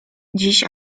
dziś